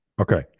Okay